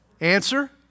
Answer